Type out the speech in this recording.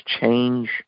change